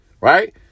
Right